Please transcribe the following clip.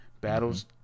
battles